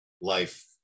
life